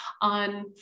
on